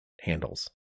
handles